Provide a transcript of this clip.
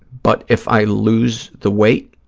but if i lose the weight,